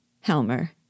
Helmer